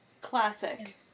Classic